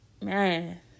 man